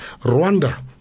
Rwanda